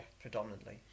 predominantly